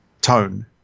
tone